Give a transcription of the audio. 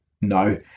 No